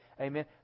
amen